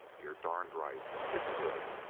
you're darned right it's good.